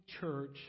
church